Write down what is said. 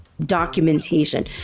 documentation